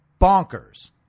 bonkers